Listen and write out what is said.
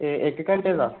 एह् इक्क घैंटे दा